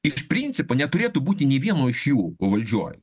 iš principo neturėtų būti nei vieno iš jų valdžioj